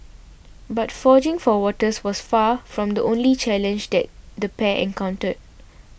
but foraging for water's was far from the only challenge that the pair encountered